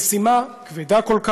המשימה כבדה כל כך,